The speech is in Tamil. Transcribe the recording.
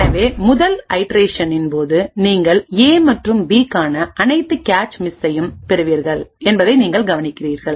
எனவே முதல் ஐட்ரேஷனின் போது நீங்கள் A மற்றும் B க்கான அனைத்து கேச் மிஸ்ஸையும் பெறுவீர்கள் என்பதை நீங்கள் கவனிக்கிறீர்கள்